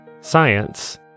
science